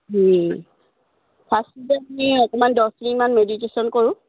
ফাৰ্ষ্টতে আমি অকমান দহমিনিটমান মেডিটেশ্যন কৰোঁ